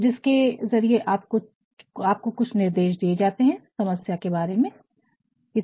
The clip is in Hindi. जिसके ज़रिये आपको कुछ निर्देश दिए जाते है समस्या के बारे में निर्देश